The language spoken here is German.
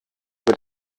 mit